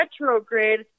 retrograde